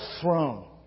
throne